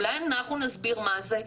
אולי אנחנו נסביר מה זה,